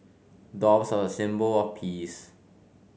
doves are a symbol of peace